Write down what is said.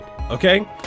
okay